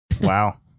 Wow